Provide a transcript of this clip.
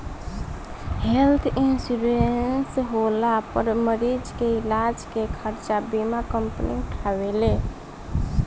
health insurance होला पर मरीज के इलाज के खर्चा बीमा कंपनी उठावेले